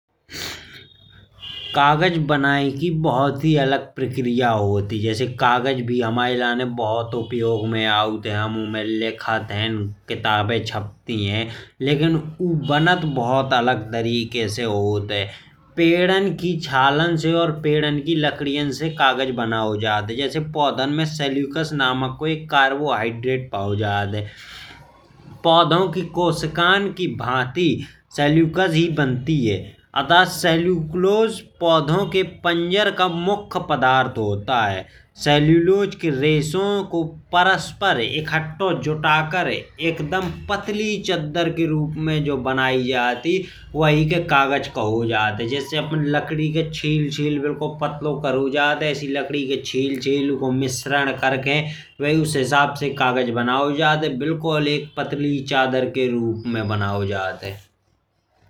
कागज बनाने की बहुत ही अलग प्रक्रिया गर्म ही होती है। जैसे कि कागज भी हमें लेन बहुत ही उपयोग में आती है। हम उम्हे लिखते हैं किताब छपती है लेकिन यू बनत बहुत अलग तारीख से हॉट है। पेदां की छलन से और पेदां की लकड़ियां से कागज बनाओ जात है। जैस पौधन में सेल्युकोस नमक को एक कार्बोहाइड्रेट पाओ जाता है। पौधो की कोसिकन की भाटी सेल्युकोस ही बनता है। इता सेल्युकोस पौधो के पंजर का मुख्य पदारथ होता है सेल्युलोज के रेसो को परस्पर इखत्ता जूताकर एकदम पतली चादर में जोन बनई जात। ही वही के कागज कहो जात है। जिसे आपन लड़की कहे छिल छिल बिलकुल पतलो करो जात है। ईएसआई लड़की को छिल छिल कर मिश्रन कर के वही हिसाब से कागज बनाओ जात है। बिल्कुल पतली चादर के रूप में बनाओ जात है।